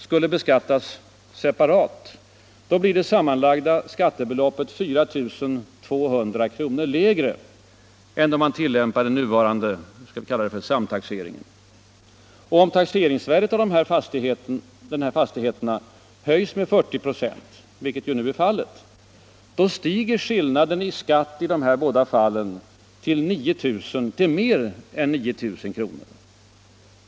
— skulle beskattas separat blir det sammanlagda skattebeloppet 4 200 kr. lägre än när man tillämpar nuvarande taxeringsförfarande, som vi kan kalla samtaxering. Om taxeringsvärdet av de här fastigheterna höjs med 40 96 — vilket nu är fallet — stiger skillnaden i skatt i de här båda fallen till mer än 9 000 kr.